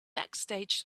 backstage